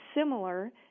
similar